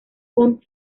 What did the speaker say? con